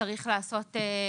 שצריך לעשות.